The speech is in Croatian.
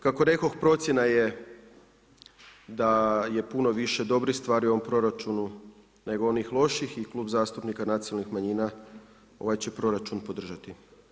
Kako rekoh, procjena je da je puno više dobrih stvari u proračunu nego onih loših i Klub zastupnika nacionalnih manjina ovaj će proračun podržati.